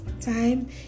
time